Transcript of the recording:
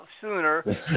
sooner